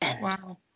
Wow